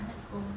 lets go